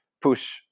push